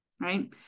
right